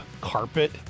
carpet